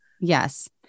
Yes